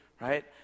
right